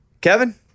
Kevin